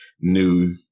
new